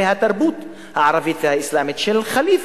מהתרבות הערבית האסלאמית של ח'ליף,